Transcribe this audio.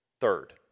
Third